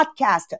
podcast